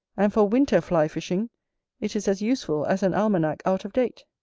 and for winter fly-fishing it is as useful as an almanack out of date.